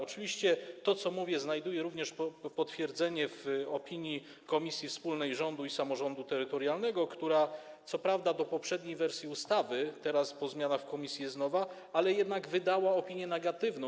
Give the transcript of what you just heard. Oczywiście to, co mówię, znajduje również potwierdzenie w opinii Komisji Wspólnej Rządu i Samorządu Terytorialnego - co prawda o poprzedniej wersji ustawy, teraz po zmianach w komisji jest nowa, ale jednak - która wydała opinię negatywną.